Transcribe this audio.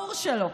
ברור שלא.